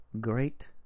great